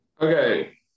Okay